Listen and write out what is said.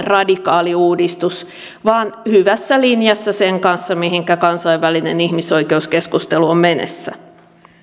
radikaali uudistus vaan hyvässä linjassa sen kanssa mihinkä kansainvälinen ihmisoikeuskeskustelu on menossa